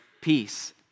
peace